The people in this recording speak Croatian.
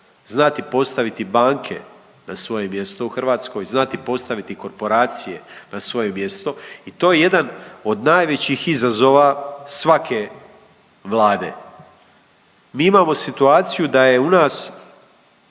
znati postaviti banke na svoje mjesto u Hrvatskoj, znati postaviti korporacije na svoje mjesto i to je jedan od najvećih izazova svake Vlade. Mi imamo situaciju da je u nas